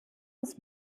uns